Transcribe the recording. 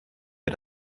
wir